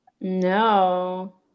no